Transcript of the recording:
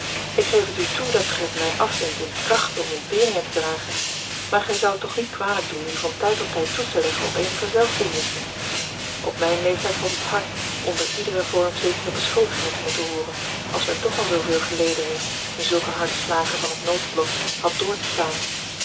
ik geef het u toe dat gij het mij afwint in kracht om ontberingen te dragen maar gij zoudt toch niet kwalijk doen u van tijd tot tijd toe te leggen op eenige zelfbeheersching op mijn leeftijd valt het hard onder iederen vorm zekere beschuldigingen te moeten hooren als men toch al zooveel geleden heeft en zulke harde slagen van het noodlot had door te staan